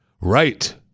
Right